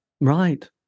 Right